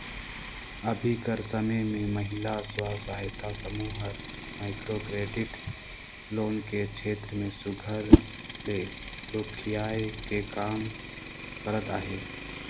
अभीं कर समे में महिला स्व सहायता समूह हर माइक्रो क्रेडिट लोन के छेत्र में सुग्घर ले रोखियाए के काम करत अहे